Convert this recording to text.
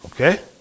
Okay